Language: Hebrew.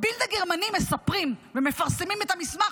בבילד הגרמני מספרים ומפרסמים את המסמך,